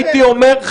הייתי אומר,